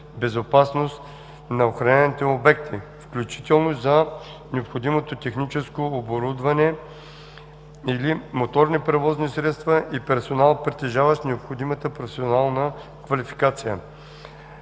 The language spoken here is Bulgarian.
безопасност на охраняваните обекти, включително за необходимото техническо оборудване и/или моторни превозни средства и персонал, притежаващ необходимата професионална квалификация.